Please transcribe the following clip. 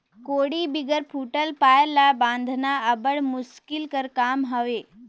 कोड़ी बिगर फूटल पाएर ल बाधना अब्बड़ मुसकिल कर काम हवे